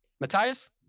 Matthias